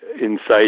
inside